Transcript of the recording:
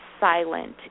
silent